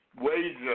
ways